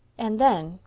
and then,